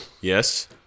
Yes